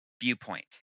viewpoint